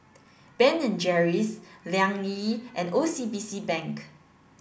Ben and Jerry's Liang Yi and O C B C Bank